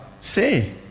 say